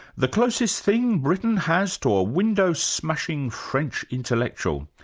the closest thing britain has to a window-smashing french intellectual.